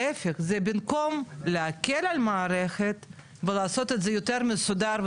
זה להפך זה במקום להקל על מערכת ולעשות את זה יותר מסודר,